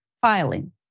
filing